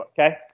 Okay